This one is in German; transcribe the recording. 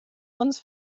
uns